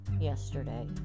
yesterday